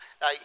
Now